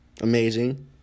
amazing